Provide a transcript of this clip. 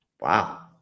Wow